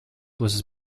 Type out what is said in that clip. was